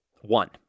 one